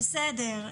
בסדר.